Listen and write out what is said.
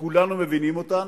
שכולנו מבינים אותן,